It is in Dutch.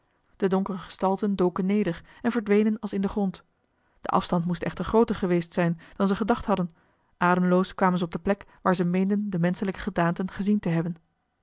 de donkere gestalten doken neder en verdwenen als in den grond de afstand moest echter grooter geweest zijn dan ze gedacht hadden ademloos kwamen ze op de plek waar ze meenden de menschelijke gedaanten gezien te hebben